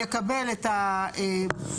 יקבל את הנתונים,